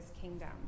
kingdom